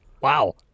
Wow